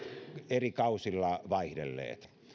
eri kausilla vaihdelleet